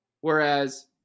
Whereas